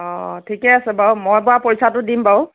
অঁ অঁ ঠিকে আছে বাৰু মই বাৰু পইচাটো দিম বাৰু